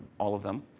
all of them,